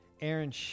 Aaron